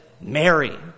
Mary